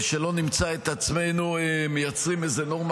שלא נמצא את עצמנו מייצרים איזו נורמה